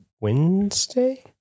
wednesday